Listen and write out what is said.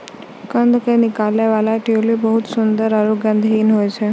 कंद के निकलै वाला ट्यूलिप बहुत सुंदर आरो गंधहीन होय छै